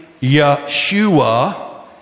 yeshua